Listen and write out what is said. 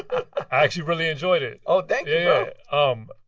ah actually really enjoyed it oh, thank yeah um